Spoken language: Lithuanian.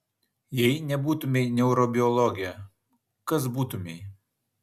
jei nebūtumei neurobiologė kas būtumei